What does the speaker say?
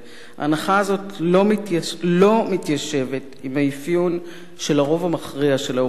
ההנחה הזאת לא מתיישבת עם האפיון של הרוב המכריע של האוכלוסייה